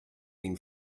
been